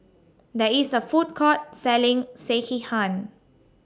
There IS A Food Court Selling Sekihan